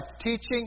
teaching